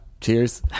Cheers